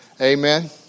Amen